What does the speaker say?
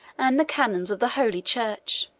and the canons of the holy church.